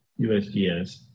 USGS